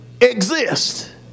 exist